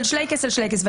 אבל